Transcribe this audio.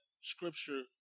scripture